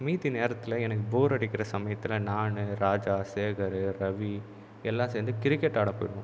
மீதி நேரத்தில் எனக்கு போர் அடிக்கிற சமயத்தில் நான் ராஜா சேகர் ரவி எல்லாம் சேர்ந்து கிரிக்கெட் ஆட போய்டுவோம்